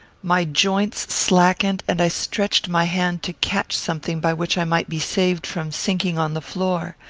my joints slackened, and i stretched my hand to catch something by which i might be saved from sinking on the floor.